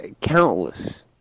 countless